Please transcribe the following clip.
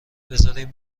بذارین